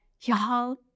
y'all